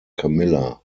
camilla